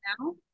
now